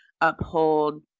uphold